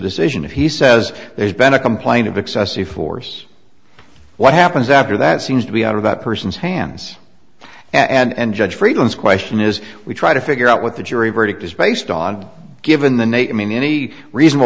decision if he says there's been a complaint of excessive force what happens after that seems to be out of that person's hands and judge friedman's question is we try to figure out what the jury verdict is based on given the nature mean any reasonable